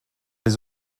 les